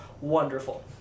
wonderful